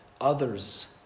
others